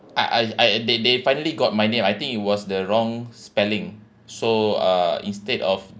I I I they they finally got my name I think it was the wrong spelling so uh instead of